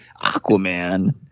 Aquaman